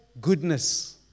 goodness